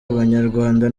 abanyarwanda